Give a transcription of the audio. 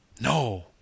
No